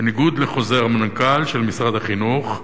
בניגוד לחוזר מנכ"ל של משרד החינוך,